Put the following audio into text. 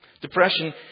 Depression